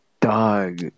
dog